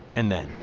and then.